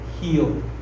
heal